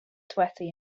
sweaty